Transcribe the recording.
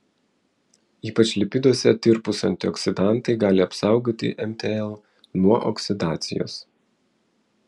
ypač lipiduose tirpūs antioksidantai gali apsaugoti mtl nuo oksidacijos